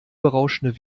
berauschende